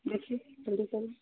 देखिए जल्दी करिए